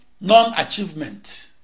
non-achievement